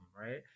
right